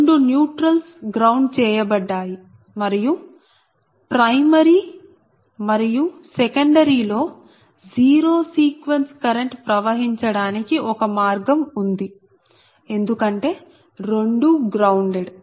రెండు neutrals ground చేయబడ్డాయి మరియు ప్రైమరీ మరియు సెకండరీ లో జీరో సీక్వెన్స్ కరెంట్ ప్రవహించడానికి ఒక మార్గం ఉంది ఎందుకంటే రెండూ గ్రౌండెడ్